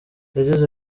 yagize